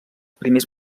primers